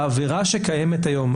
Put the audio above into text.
העבירה שקיימת היום,